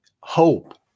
hope